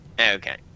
Okay